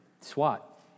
swat